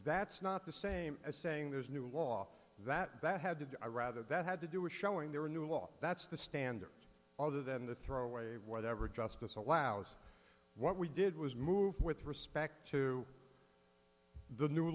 that's not the same as saying there's a new law that that had to be a rather that had to do with showing there were new law that's the standard other than the throw away of whatever justice allows what we did was move with respect to the new